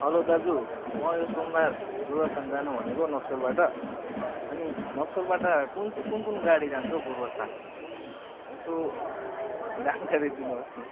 hello दाजु म यो सोमबार गोरुबथान जानु भनेको नक्सलबाट अनि नक्सलबाट कुन चाहिँ कुन कुन गाडी जान्छ हौ गोरुबथान यसो जानकारी दिनुहोस् न